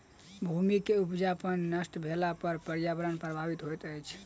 भूमि के उपजाऊपन नष्ट भेला पर पर्यावरण प्रभावित होइत अछि